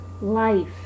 life